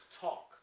talk